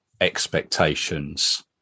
expectations